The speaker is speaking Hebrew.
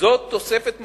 זאת תוספת משמעותית.